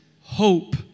hope